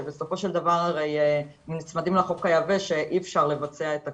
שבסופו של דבר כשנצמדים לחוק היבש אי אפשר לבצע את הכל,